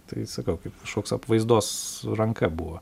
tai sakau kaip kažkoks apvaizdos ranka buvo